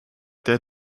der